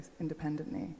independently